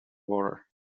water